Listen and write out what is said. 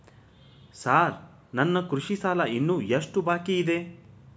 Sir ನನ್ನ ಕೃಷಿ ಸಾಲ ಇನ್ನು ಎಷ್ಟು ಬಾಕಿಯಿದೆ?